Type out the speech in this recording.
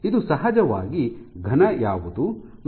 ಇದು ಸಹಜವಾಗಿ ಘನ ಯಾವುದು